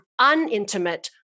unintimate